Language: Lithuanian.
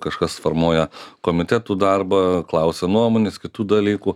kažkas formuoja komitetų darbą klausia nuomonės kitų dalykų